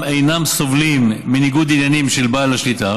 אינם סובלים מניגוד עניינים של בעל השליטה